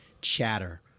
chatter